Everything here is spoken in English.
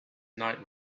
night